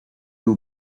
two